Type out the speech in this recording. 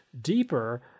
deeper